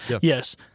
Yes